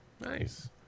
Nice